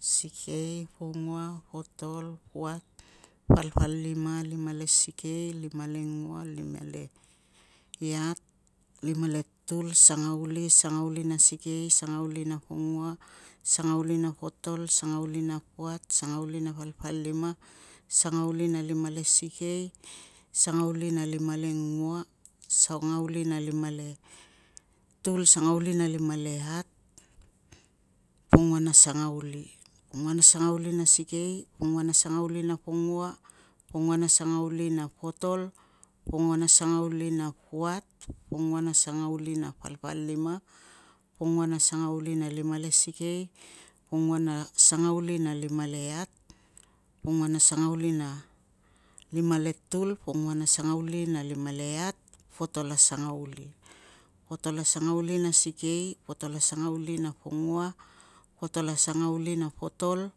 Sikei, pongua, potol, puat, palpalima, limalesikei, limalengua, limaleiat, limaletul, sangauli. Sangauli na sikei, sangauli na pongua, sangauli na potol, sangauli na puat, sangauli na palpalima, sangauli na limale sikei, sangauli na lima lengua, sangauli na lima letul, sangauli na lima le iat, pongua na sangauli. Pongua na sangauli na sikei, pongua na sangauli na pongua, pongua na sangauli na potol, pongua na sangauli na puat, pongua na sangauli na palpalima, pongua na sangauli na lima le sikei, pongua na sangauli na lima le iat, pongua na sangauli na lima le tul, pongua na sangauli na lima le iat, potol a sangauli. Potol a sangauli na sikei, potol a sangauli na pongua, potol a sangauli na potol,